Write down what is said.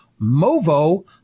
Movo